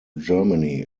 germany